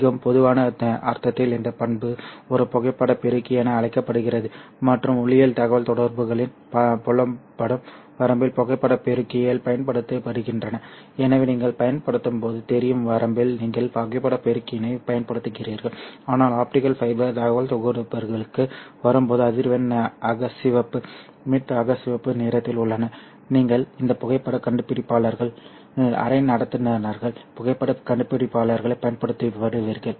மிகவும் பொதுவான அர்த்தத்தில் இந்த பண்பு ஒரு புகைப்பட பெருக்கி என அழைக்கப்படுகிறது மற்றும் ஒளியியல் தகவல்தொடர்புகளின் புலப்படும் வரம்பில் புகைப்பட பெருக்கிகள் பயன்படுத்தப்படுகின்றன எனவே நீங்கள் பயன்படுத்தும் போது தெரியும் வரம்பில் நீங்கள் புகைப்பட பெருக்கிகளைப் பயன்படுத்துகிறீர்கள் ஆனால் ஆப்டிகல் ஃபைபர் தகவல்தொடர்புகளுக்கு வரும்போது அதிர்வெண்கள் அகச்சிவப்பு மிட் அகச்சிவப்பு நிறத்தில் உள்ளன நீங்கள் இந்த புகைப்படக் கண்டுபிடிப்பாளர்கள் சரி அரை நடத்துனர்கள் புகைப்படக் கண்டுபிடிப்பாளர்களைப் பயன்படுத்துவீர்கள்